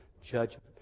judgment